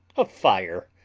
a fire,